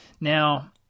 Now